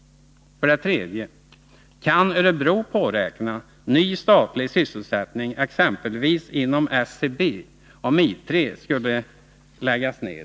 För det tredje: Kan Örebro påräkna ny statlig sysselsättning, exempelvis inom SCB, om I 3 i framtiden skulle läggas ned?